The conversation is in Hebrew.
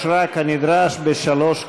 נתקבל.